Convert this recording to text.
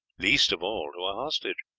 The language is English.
least of all to a hostage.